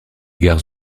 gares